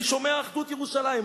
אני שומע "אחדות ירושלים",